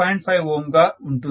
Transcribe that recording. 5 Ω గా ఉంటుంది